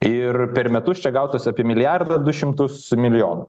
ir per metus čia gautųs apie milijardą du šimtus milijonų